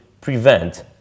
prevent